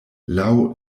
laŭ